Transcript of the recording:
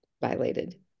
violated